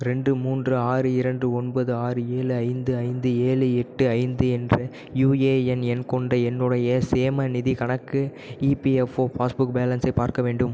ரெண்டு மூன்று ஆறு இரண்டு ஒன்பது ஆறு ஏழு ஐந்து ஐந்து ஏழு எட்டு ஐந்து என்ற யுஏஎன் எண் கொண்ட என்னுடைய சேமநிதிக் கணக்கு இபிஎஃப்ஓ பாஸ்புக் பேலன்ஸை பார்க்க வேண்டும்